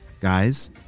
guys